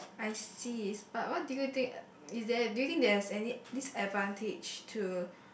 I see but what do you think is there do you think there is any disadvantage to